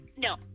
No